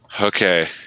Okay